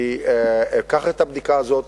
אני אקח את הבדיקה הזאת,